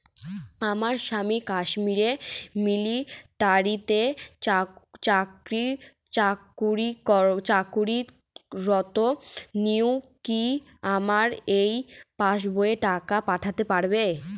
আমার স্বামী কাশ্মীরে মিলিটারিতে চাকুরিরত উনি কি আমার এই পাসবইতে টাকা পাঠাতে পারবেন?